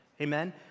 Amen